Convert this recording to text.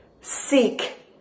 seek